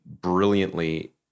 brilliantly